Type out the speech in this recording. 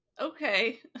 okay